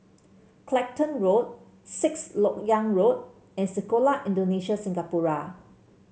Clacton Road Sixth LoK Yang Road and Sekolah Indonesia Singapura